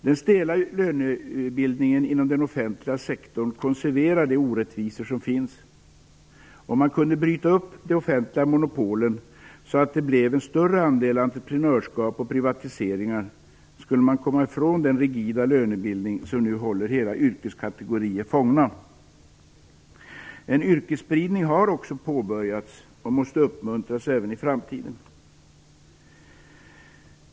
Den stela lönebildningen inom den offentliga sektorn konserverar de orättvisor som finns. Om man kunde bryta upp de offentliga monopolen så att det blev en större andel entreprenörskap och privatiseringar skulle man komma ifrån den rigida lönebildning som nu håller hela yrkeskategorier fångna. En yrkesspridning har också påbörjats och måste uppmuntras även i framtiden.